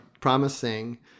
promising